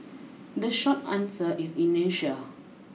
the short answer is inertia